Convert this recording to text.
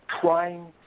trying